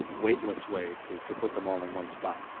weightless way to to put them all in one spot.